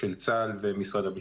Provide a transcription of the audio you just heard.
של צה"ל ומשרד המשפטים.